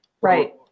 right